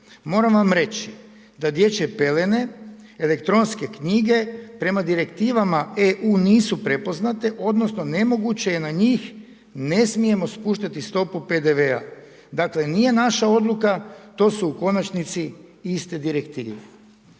Moram vam reći da dječje pelene, elektronske knjige prema direktivama EU nisu prepoznate, odnosno nemoguće je na njih ne smijemo spuštati stopu PDV. Dakle, nije naša odluka, to su u konačnici iste direktive.